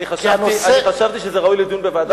אני חשבתי שזה ראוי לדיון בוועדה,